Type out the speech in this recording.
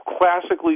classically